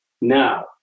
Now